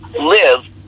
live